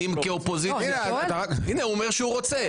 לא --- הינה, הוא אומר שהוא רוצה.